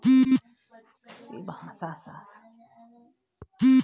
पुरबी भारत नसल के बकरी बंगाल, आसाम में पावल जाले इ नसल के बकरी के मांस खातिर पालल जात हवे